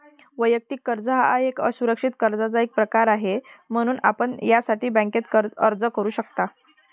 वैयक्तिक कर्ज हा एक असुरक्षित कर्जाचा एक प्रकार आहे, म्हणून आपण यासाठी बँकेत अर्ज करू शकता